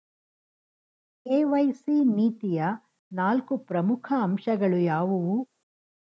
KYC ನೀತಿಯ ನಾಲ್ಕು ಪ್ರಮುಖ ಅಂಶಗಳು ಯಾವುವು?